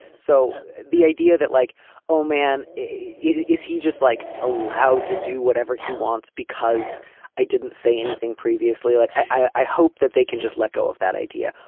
so the idea that like oh man, is he just like allowed to do whatever he wants because i didn't say anything previously. like i i hope that they can just let go of that idea.